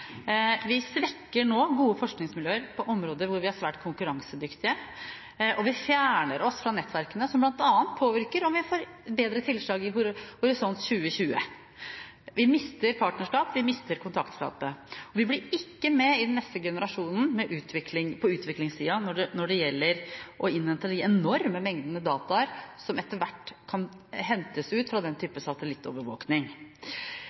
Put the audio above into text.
Vi svekker nå gode forskningsmiljøer på områder hvor vi er svært konkurransedyktige, og vi fjerner oss fra nettverkene, som bl.a. påvirker om vi får bedre tilslag i Horisont 2020. Vi mister partnerskap, vi mister kontaktflate. Vi blir ikke med i den neste generasjonen på utviklingssida når det gjelder å innhente de enorme mengdene med data som etter hvert kan hentes ut fra den